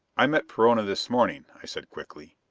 i met perona this morning, i said quickly.